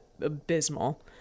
abysmal